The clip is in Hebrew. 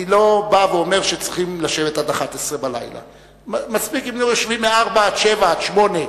אני לא בא ואומר שצריך לשבת עד השעה 23:00. מספיק אם היו יושבים מ-16:00 עד 19:00,